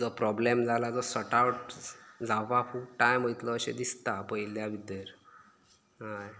जो प्रोब्लेम जाला तो सॉर्ट आवट ज जावपाक खूब टायम वयतलो अशें दिसता पयल्या भितर हय